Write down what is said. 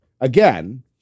again